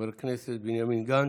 חבר הכנסת בנימין גנץ.